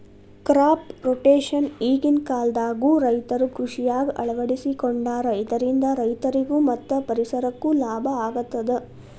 crop rotation ಈಗಿನ ಕಾಲದಾಗು ರೈತರು ಕೃಷಿಯಾಗ ಅಳವಡಿಸಿಕೊಂಡಾರ ಇದರಿಂದ ರೈತರಿಗೂ ಮತ್ತ ಪರಿಸರಕ್ಕೂ ಲಾಭ ಆಗತದ